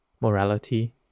morality